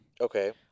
Okay